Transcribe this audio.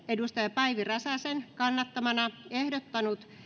päivi räsäsen kannattamana ehdottanut